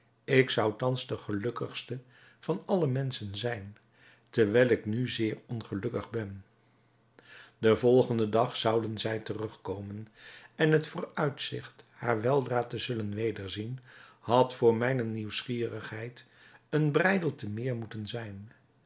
ik zou thans de gelukkigste van alle menschen zijn terwijl ik nu zeer ongelukkig ben den volgenden dag zouden zij terugkomen en het vooruitzigt haar weldra te zullen wederzien had voor mijne nieuwsgierigheid een breidel te meer moeten zijn